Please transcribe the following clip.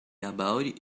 about